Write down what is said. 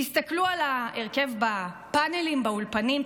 תסתכלו על ההרכב בפאנלים באולפנים,